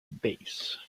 bass